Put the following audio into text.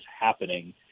happening